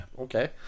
Okay